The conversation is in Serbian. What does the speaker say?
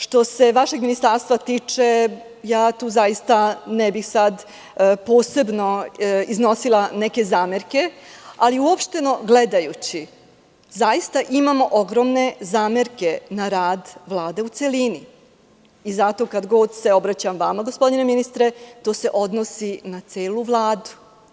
Što se vašeg ministarstva tiče, ja tu zaista ne bih posebno iznosila neke zamerke, ali, uopšteno gledajući, zaista imamo ogromne zamerke na rad Vlade u celini i zato, kad god se obraćam vama, gospodine ministre, to se odnosi na celu Vladu.